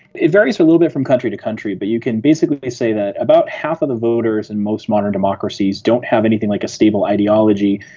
it varies a little bit from country to country, but you can basically say that about half of the voters in most modern democracies don't have anything like a stable ideology,